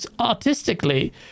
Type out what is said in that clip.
artistically